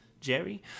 jerry